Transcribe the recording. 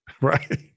Right